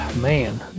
man